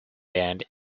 band